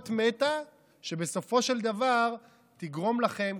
אות מתה שבסופו של דבר תגרום לכם,